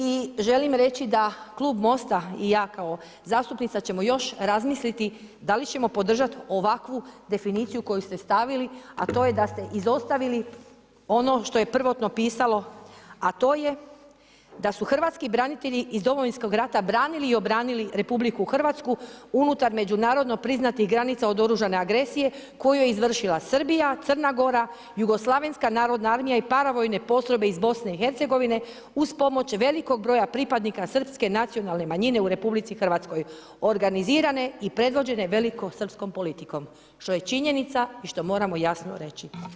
I želim reći da klub MOST-a i ja kao zastupnica ćemo još razmisliti da li ćemo podržat ovakvu definiciju koju ste stavili, a to je da ste izostavili ono što je prvotno pisalo, a to je da su hrvatski branitelji iz Domovinskog rata branili i obranili RH unutar međunarodno priznatih granica od oružane agresije koju je izvršila Srbija, Crna Gora, Jugoslavenska narodna armija i paravojne postrojbe iz Bosne i Hercegovine uz pomoć velikog broja pripadnika srpske nacionalne manjine u RH organizirane i predvođene velikosrpskom politikom što je činjenica i što moramo jasno reći.